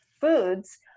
foods